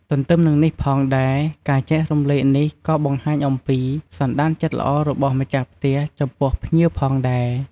ទន្ទឹមនឹងនេះផងដែរ ការចែករំលែកនេះក៏បង្ហាញអំពី សន្តានចិត្តល្អរបស់ម្ចាស់ផ្ទះចំពោះភ្ញៀវផងដែរ។